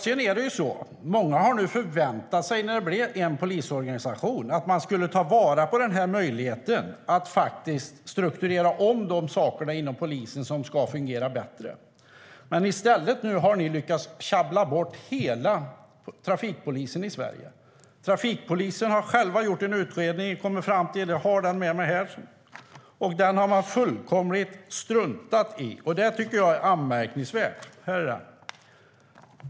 Sedan det blev en enda polisorganisation har många förväntat sig att man ska ta vara på möjligheten att strukturera om inom polisen så att saker och ting ska fungera bättre. I stället har regeringen lyckats sjabbla bort hela trafikpolisen i Sverige. Trafikpolisen har gjort en utredning och kommit med ett antal förslag - jag har utredningen här i min hand - men det har man fullkomligt struntat i. Det är anmärkningsvärt.